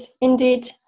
indeed